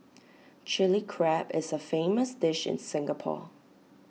Chilli Crab is A famous dish in Singapore